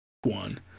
one